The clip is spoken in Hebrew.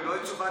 ולא את תשובת,